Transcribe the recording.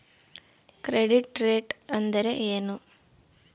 Credit rate ಅಂದರೆ ಏನು?